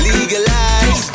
Legalize